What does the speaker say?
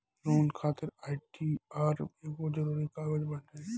loan खातिर ITR एगो जरुरी कागज बाटे